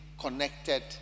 connected